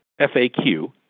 FAQ